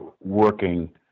working